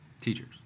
Teachers